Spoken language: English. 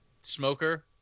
smoker